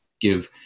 give